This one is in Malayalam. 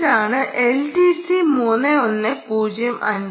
ഇതാണ് എൽടിസി 3105